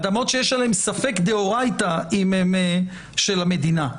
אדמות שיש עליהן ספק דאוריתא אם הן של המדינה.